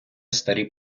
старі